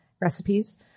recipes